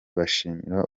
bashimira